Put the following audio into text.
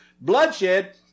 bloodshed